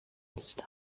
nicht